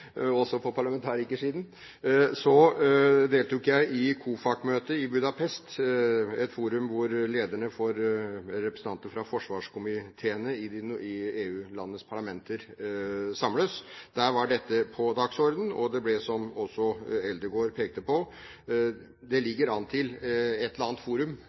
også på parlamentarikersiden – så deltok jeg i COFAC-møtet i Budapest, et forum hvor lederne for representanter fra forsvarskomiteene i EU-landenes parlamenter samles. Der var dette på dagsordenen, og som også Eldegard pekte på, ligger det an til et eller annet forum